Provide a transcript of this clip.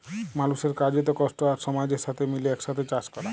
মালুসের কার্যত, কষ্ট আর সমাজের সাথে মিলে একসাথে চাস ক্যরা